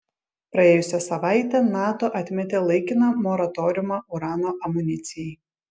praėjusią savaitę nato atmetė laikiną moratoriumą urano amunicijai